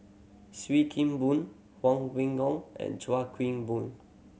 Sim Kee Boon Huang Wengong and Chua Queen Boom